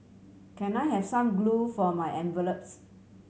can I have some glue for my envelopes